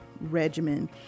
regimen